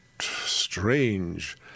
strange